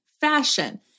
fashion